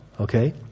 Okay